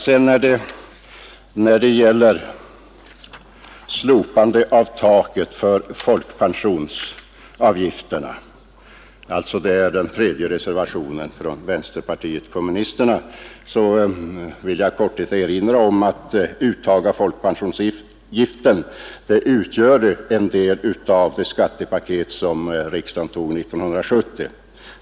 Beträffande slopande av taket för folkpensionsavgifterna — en traga som behandlas i den tredje reservationen från vänsterpartiet kommunisterna — vill jag i korthet erinra om att uttaget av folkpensionsavgift utgör en del av det skattepaket som riksdagen fattade beslut om 1970.